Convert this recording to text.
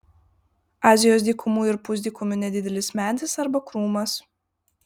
azijos dykumų ir pusdykumių nedidelis medis arba krūmas